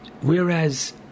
Whereas